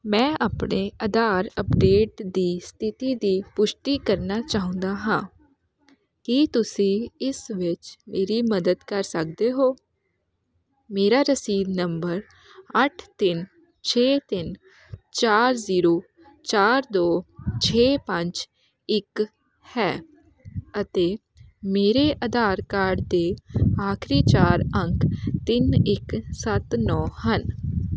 ਮੈਂ ਆਪਣੇ ਆਧਾਰ ਅੱਪਡੇਟ ਦੀ ਸਥਿਤੀ ਦੀ ਪੁਸ਼ਟੀ ਕਰਨਾ ਚਾਹੁੰਦਾ ਹਾਂ ਕੀ ਤੁਸੀਂ ਇਸ ਵਿੱਚ ਮੇਰੀ ਮਦਦ ਕਰ ਸਕਦੇ ਹੋ ਮੇਰਾ ਰਸੀਦ ਨੰਬਰ ਅੱਠ ਤਿੰਨ ਛੇ ਤਿੰਨ ਚਾਰ ਜ਼ੀਰੋ ਚਾਰ ਦੋ ਛੇ ਪੰਜ ਇੱਕ ਹੈ ਅਤੇ ਮੇਰੇ ਆਧਾਰ ਕਾਰਡ ਦੇ ਆਖਰੀ ਚਾਰ ਅੰਕ ਤਿੰਨ ਇੱਕ ਸੱਤ ਨੌਂ ਹਨ